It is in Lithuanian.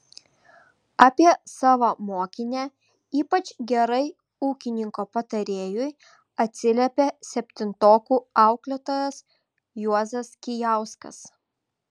apie savo mokinę ypač gerai ūkininko patarėjui atsiliepė septintokų auklėtojas juozas kijauskas